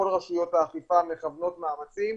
כל רשויות האכיפה מכוונות מאמצים,